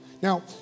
Now